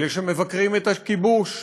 אלה שמבקרים את הכיבוש,